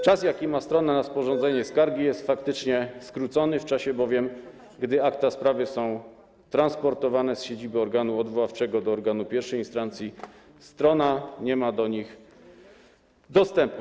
Czas, jaki ma strona na sporządzenie skargi, jest faktycznie skrócony, bowiem w czasie, gdy akta sprawy są transportowane z siedziby organu odwoławczego do organu pierwszej instancji, strona nie ma do nich dostępu.